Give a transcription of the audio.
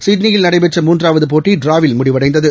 சிட்னியில் நடைபெற்ற மூன்றாவது போட்டி டிராவில் முடிவடைந்தது